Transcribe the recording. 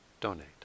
donate